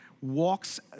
walks